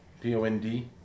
P-O-N-D